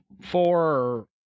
four